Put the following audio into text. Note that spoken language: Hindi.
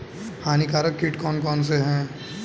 हानिकारक कीट कौन कौन से हैं?